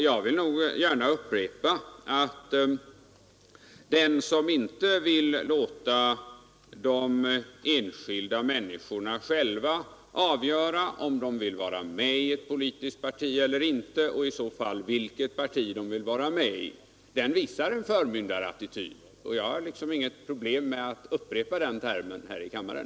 Jag upprepar gärna att den som inte vill låta de enskilda människorna själva avgöra, om de skall vara med i ett politiskt parti eller inte, visar en förmyndarattityd. För mig är det inget problem att åter använda denna term här i kammaren,